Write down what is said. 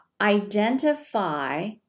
Identify